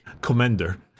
Commander